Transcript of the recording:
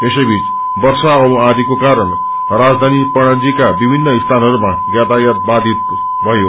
यसैवीच वर्षा औ आँधीको कारण राजधानी पणजीका विभिन्न स्थानहरूमा यातायात बाधित भयो